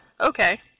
okay